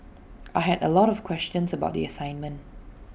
I had A lot of questions about the assignment